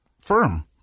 firm